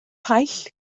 paill